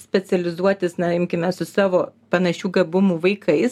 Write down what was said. specializuotis na imkime su savo panašių gabumų vaikais